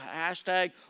hashtag